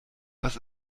was